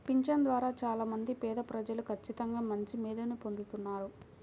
పింఛను ద్వారా చాలా మంది పేదప్రజలు ఖచ్చితంగా మంచి మేలుని పొందుతున్నారు